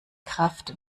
kraft